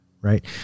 right